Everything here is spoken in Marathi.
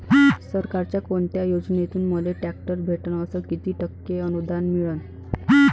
सरकारच्या कोनत्या योजनेतून मले ट्रॅक्टर भेटन अस किती टक्के अनुदान मिळन?